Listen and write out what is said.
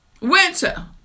winter